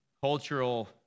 cultural